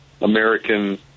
American